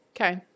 Okay